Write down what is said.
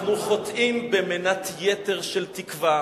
אנחנו חוטאים במנת יתר של תקווה,